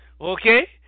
okay